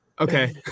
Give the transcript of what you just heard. okay